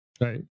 right